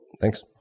Thanks